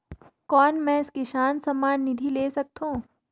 कौन मै किसान सम्मान निधि ले सकथौं?